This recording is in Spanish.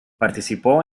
participó